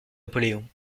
napoléon